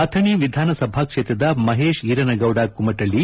ಅಥಣಿ ವಿಧಾನ ಸಭಾ ಕ್ಷೇತ್ರದ ಮಹೇಶ್ ಈರನಗೌಡ ಕುಮಟ್ಟಳ್ಳ